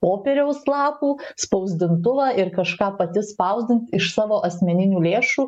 popieriaus lapų spausdintuvą ir kažką pati spausdint iš savo asmeninių lėšų